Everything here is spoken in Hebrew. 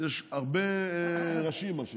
יש הרבה ראשים, מה שנקרא.